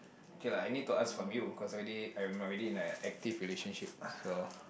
okay lah I need to ask from you cause I already I'm already in a active relationship so